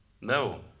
No